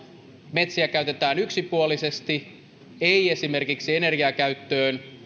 metsiä käytetään yksipuolisesti ei esimerkiksi energiakäyttöön